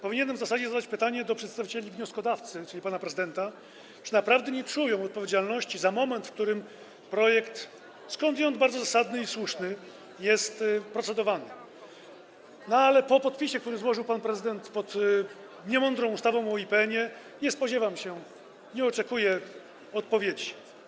Powinienem w zasadzie zadać pytanie do przedstawicieli wnioskodawcy, czyli pana prezydenta, czy naprawdę nie czują odpowiedzialności za moment, w którym projekt, skądinąd bardzo zasadny i słuszny, jest procedowany, ale po podpisie, który złożył pan prezydent pod niemądrą ustawą o IPN-ie, nie spodziewam się, nie oczekuję odpowiedzi.